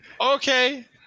Okay